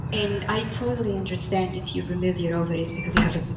and i totally understand if you remove your ovaries because you have